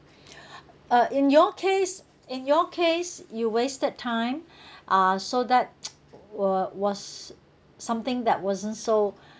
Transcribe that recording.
uh in your case in your case you wasted time uh so that wa~ was something that wasn't so